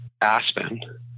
Aspen